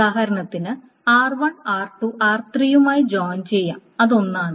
ഉദാഹരണത്തിന് r1 r2 r3 മായി join ചെയ്യാം അത് ഒന്നാണ്